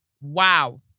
Wow